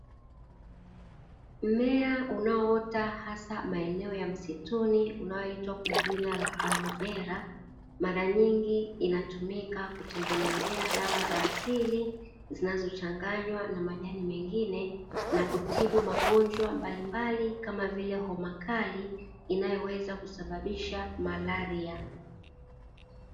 Mmea unaoota hasa maeneo ya msituni unaoitwa kwa jina la alovera mara nyingi inayotumika kutengenezea dawa za asili, zinazochanganywa na majani mengine na kutibu magonjwa mbalimbali kama vile homa kali inayoweza kusababisha malaria.